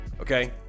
okay